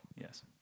Yes